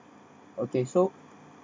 okay so